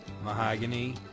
Mahogany